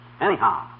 Anyhow